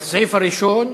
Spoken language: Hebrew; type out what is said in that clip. לסעיף הראשון,